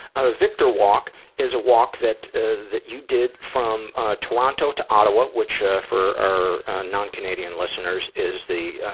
ah victor walk is a walk that that you did from ah toronto to ottawa, which ah, for our non-canadian listeners, is the